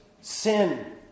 sin